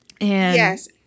Yes